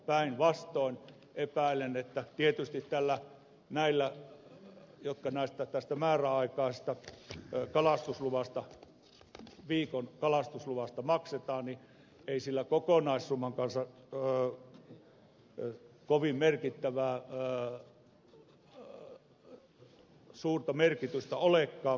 päinvastoin epäilen että tietysti sillä mitä tästä määräaikaisesta luvasta viikon kalastusluvasta maksetaan ei kokonaissumman kannalta kovin suurta merkitystä olekaan